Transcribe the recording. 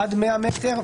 עד 100 מטרים,